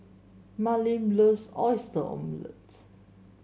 Marleen loves Oyster Omelette